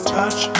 Touch